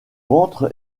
ventre